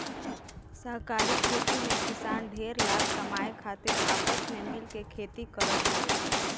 सहकारी खेती में किसान ढेर लाभ कमाए खातिर आपस में मिल के खेती करत हवे